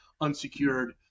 unsecured